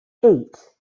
eight